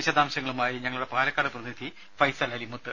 വിശദാംശങ്ങളുമായി ഞങ്ങളുടെ പാലക്കാട് പ്രതിനിധി ഫൈസൽ അലിമുത്ത്